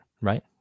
Right